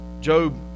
Job